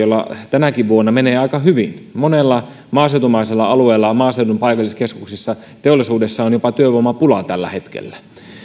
tarpeisiin jolla tänäkin vuonna menee aika hyvin monella maaseutumaisella alueella on maaseudun paikalliskeskuksissa teollisuudessa jopa työvoimapulaa tällä hetkellä